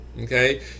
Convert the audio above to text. Okay